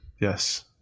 Yes